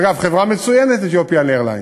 אגב, חברה מצוינת "אתיופיאן איירליינס",